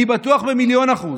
אני בטוח במיליון אחוז.